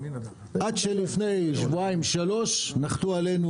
עד שלפני שבועיים-שלושה נחתו עלינו